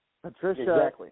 Patricia